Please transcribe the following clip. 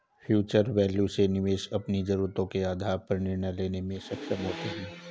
future value से निवेशक अपनी जरूरतों के आधार पर निर्णय लेने में सक्षम होते हैं